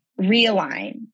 realign